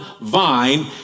vine